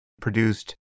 produced